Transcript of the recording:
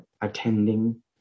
attending